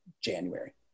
January